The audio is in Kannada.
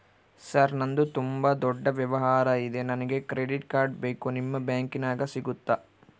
ಸರ್ ನಂದು ತುಂಬಾ ದೊಡ್ಡ ವ್ಯವಹಾರ ಇದೆ ನನಗೆ ಕ್ರೆಡಿಟ್ ಕಾರ್ಡ್ ಬೇಕು ನಿಮ್ಮ ಬ್ಯಾಂಕಿನ್ಯಾಗ ಸಿಗುತ್ತಾ?